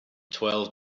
twelve